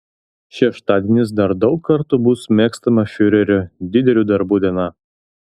šeštadienis dar daug kartų bus mėgstama fiurerio didelių darbų diena